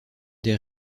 des